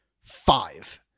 five